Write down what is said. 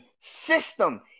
system